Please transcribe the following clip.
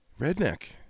redneck